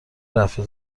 رفع